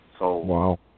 Wow